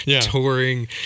touring